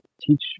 teach